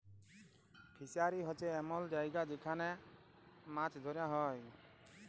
fishery হছে এমল জায়গা যেখালে মাছ ধ্যরা হ্যয়